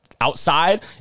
outside